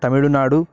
Tamil Nadu